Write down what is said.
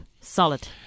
Solid